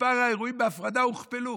מספר האירועים בהפרדה הוכפל.